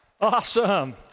Awesome